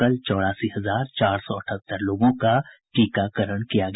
कल चौरासी हजार चार सौ अठहत्तर लोगों का टीकाकरण किया गया